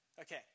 Okay